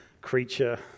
creature